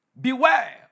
Beware